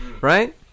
right